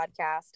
podcast